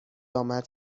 آمد